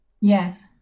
Yes